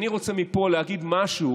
אני מפה רוצה להגיד משהו